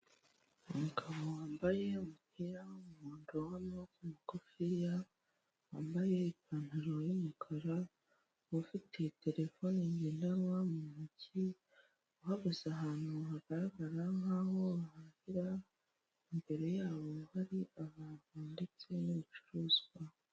Umugabo wambaye umupira w'umuhondo w'amaboko mugufi ya wambaye ipantaro y'umukara ufitiye terefone ngendanwa mu ntoki, babuze ahantu hagaragara nkaho bahahir imbere yabo hari abantu ndetse n'ibicuruzwa.